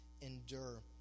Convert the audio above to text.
endure